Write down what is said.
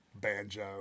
banjo